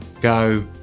go